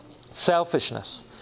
Selfishness